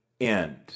end